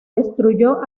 destruyó